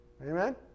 Amen